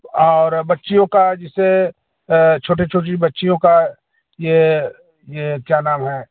और बच्चियों का जैसे छोटे छोटी बच्चियों का यह यह क्या नाम है